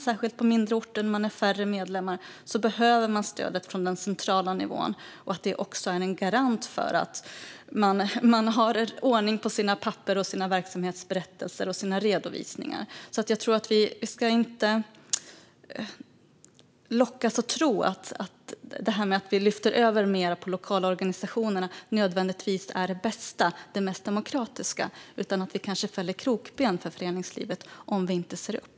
Särskilt på mindre orter där det är färre medlemmar behövs stödet från den centrala nivån. Det är också en garant för att man har ordning på sina papper, sina verksamhetsberättelser och sina redovisningar. Vi ska inte lockas att tro att det nödvändigtvis är det bästa och mest demokratiska att lyfta över mer på lokalorganisationerna. Vi kanske lägger krokben för föreningslivet om vi inte ser upp.